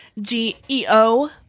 g-e-o